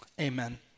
Amen